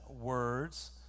words